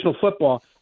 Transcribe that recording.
football